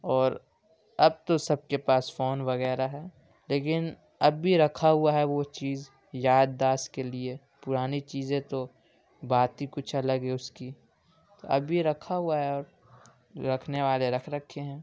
اور اب تو سب کے پاس فون وغیرہ ہے لیکن اب بھی رکھا ہوا ہے وہ چیز یادداست کے لیے پرانی چیزیں تو بات ہی کچھ الگ ہے اس کی ابھی رکھا ہوا ہے رکھنے والے رکھ رکھے ہیں